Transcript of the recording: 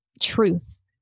truth